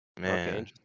Man